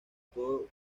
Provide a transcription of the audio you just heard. todo